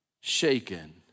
shaken